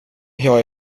jag